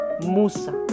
musa